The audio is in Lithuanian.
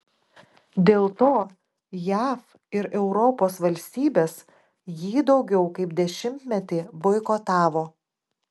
dėl to jav ir europos valstybės jį daugiau kaip dešimtmetį boikotavo